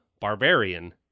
barbarian